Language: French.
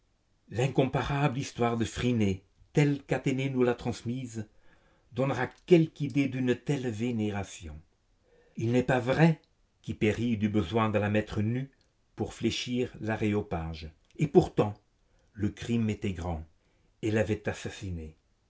l'incomparable histoire de phryné telle qu'athénée nous l'a transmise donnera quelque idée d'une telle vénération il n'est pas vrai qu'hypéride eut besoin de la mettre nue pour fléchir l'aréopage et pourtant le crime était grand elle avait assassiné